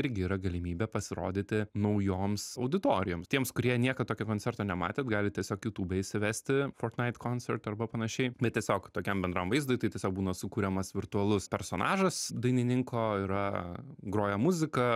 irgi yra galimybė pasirodyti naujoms auditorijom tiems kurie niekad tokio koncerto nematėt galit tiesiog jutūbe įsivesti fortnait koncert arba panašiai bet tiesiog tokiam bendram vaizdui tai tiesiog būna sukuriamas virtualus personažas dainininko yra groja muzika